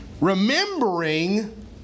Remembering